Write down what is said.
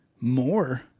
more